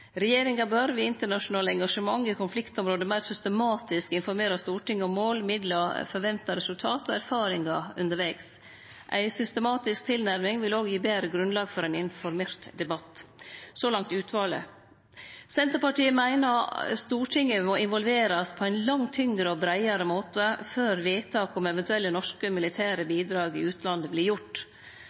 Regjeringa bør ved internasjonale engasjement i konfliktområde meir systematisk informere Stortinget om mål, middel, forventa resultat og erfaringar undervegs. Ei systematisk tilnærming vil òg gi betre grunnlag for ein informert debatt. Så langt om utvalet. Senterpartiet meiner at Stortinget må involverast på ein langt tyngre og breiare måte før vedtak om eventuelle norske militære bidrag i utlandet